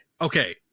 Okay